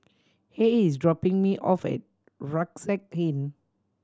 Rey is dropping me off at Rucksack Inn